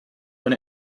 when